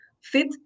fit